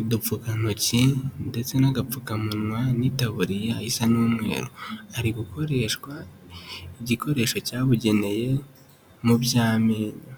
udupfukantoki ndetse n'agapfukamunwa n'itaburiya isa n'umweru, hari gukoreshwa igikoresho cyabugenewe mu by'amenyo.